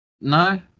No